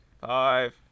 Five